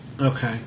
Okay